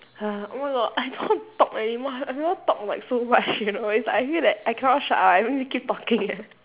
oh my god I don't want to talk anymore I I never talk like so much you know if I feel that I cannot shut up I really keep talking eh